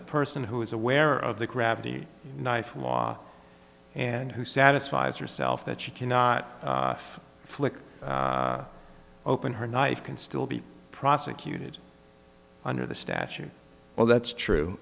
a person who is aware of the gravity knife law and who satisfies herself that she cannot flick open her knife can still be prosecuted under the statute well that's true